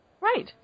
Right